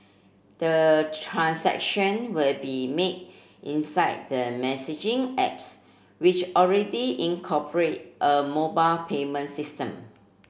the transaction will be made inside the messaging apps which already incorporate a mobile payment system